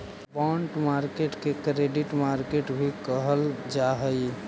bond market के credit market भी कहल जा हइ